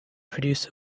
produce